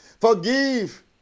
Forgive